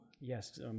Yes